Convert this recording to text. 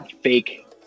fake